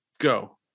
Go